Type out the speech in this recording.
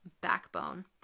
backbone